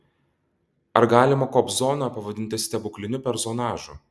ar galima kobzoną pavadinti stebukliniu personažu